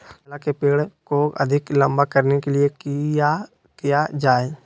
केला के पेड़ को अधिक लंबा करने के लिए किया किया जाए?